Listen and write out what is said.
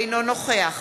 אינו נוכח